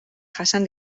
jasan